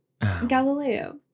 Galileo